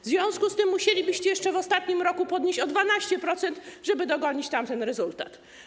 W związku z tym musielibyście jeszcze w ostatnim roku podnieść je o 12%, żeby dogonić tamten rezultat.